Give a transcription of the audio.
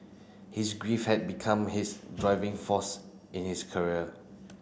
his grief had become his driving force in his career